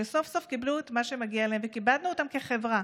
והם סוף-סוף קיבלו את מה שמגיע להם וכיבדנו אותם כחברה.